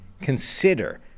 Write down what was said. consider